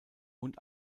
und